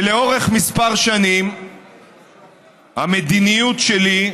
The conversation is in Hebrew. לאורך כמה שנים המדיניות שלי,